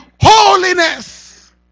holiness